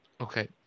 Okay